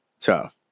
tough